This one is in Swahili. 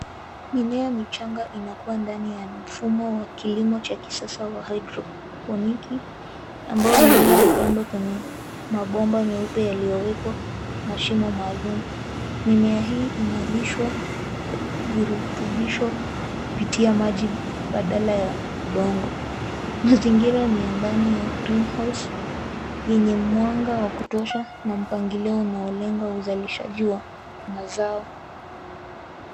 Mimea michanga inakua ndani ya mfumo wa kilimo cha kisasa wa haidroponiki ambao mimea hupandwa kwenye mabomba meupe yaliyowekwa mashimo maalum. Mimea hii inalishwa virutubisho kupitia maji badala ya udongo. Mazingira ni ya ndani ya green house yenye mwanga wa kutosha na mpangilio unaolenga uzalishaji wa mazao.